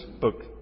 book